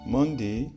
Monday